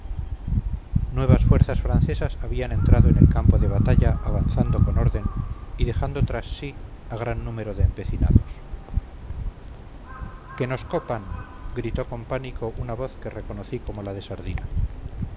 nuevas fuerzas francesas habían entrado en el campo de batalla avanzando con orden y dejando tras sí a gran número de empecinados que nos copan gritó con pánico una voz que reconocí como la de sardina